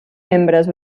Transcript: membres